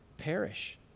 perish